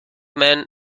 man